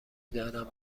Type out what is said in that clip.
دانم